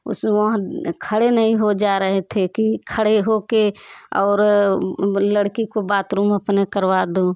उस वहाँ खड़े नहीं हो जा रहे थे कि खड़े हो के और लड़की को बातरूम अपने करवा दूँ